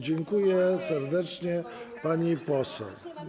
Dziękuję serdecznie, pani poseł.